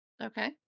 Okay